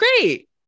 great